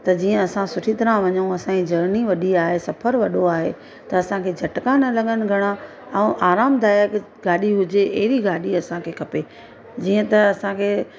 त जीअं असां सुठी तरह वञूं असांजी जरनी वॾी आहे सफर वॾो आहे त असांखे झटिका न लॻनि घणा ऐं आरामदायक गाॾी हुजे अहिड़ी गाॾी असांखे खपे जीअं त असांखे